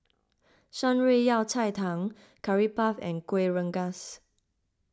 Shan Rui Yao Cai Tang Curry Puff and Kuih Rengas